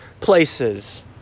places